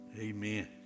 amen